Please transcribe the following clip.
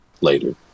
Later